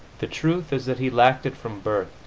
the truth is that he lacked it from birth